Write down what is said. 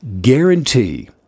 guarantee